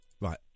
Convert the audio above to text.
Right